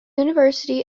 university